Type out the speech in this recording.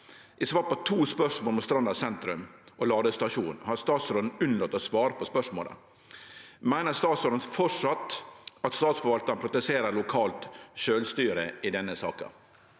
I svar på to spørsmål om Stranda sentrum og ladestasjon, har statsråden unnlate å svare på spørsmåla. Meiner statsråden fortsatt at statsforvaltaren praktiserer lokalt sjølvstyre i denne saka?»